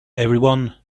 everyone